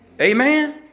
Amen